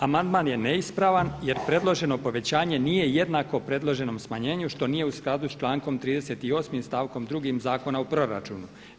Amandman je neispravan jer predloženo povećanje nije jednako predloženom smanjenju što nije u skladu sa člankom 38. stavkom 2. Zakona o proračunu.